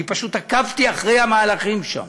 אני פשוט עקבתי אחרי המהלכים שם.